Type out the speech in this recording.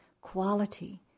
quality